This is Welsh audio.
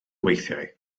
weithiau